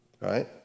right